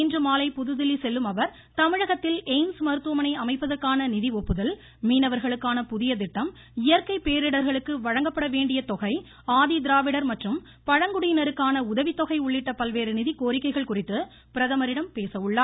இன்றுமாலை புதுதில்லி செல்லும் அவர் தமிழகத்தில் எய்ம்ஸ் மருத்துவமனை அமைப்பதற்கான நிதி ஒப்புதல் மீனவர்களுக்கான புதிய கிட்டம் இயற்கை பேரிடர்களுக்கு வேண்டிய வழங்கப்பட திராவிடர் தொகை ஆதி மற்றும் பழங்குடியினருக்கான உதவித்தொகை உள்ளிட்ட பல்வேறு நிதி கோரிக்கைகள் குறித்து பிரதமரிடம் பேச உள்ளார்